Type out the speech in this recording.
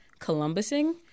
columbusing